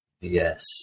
Yes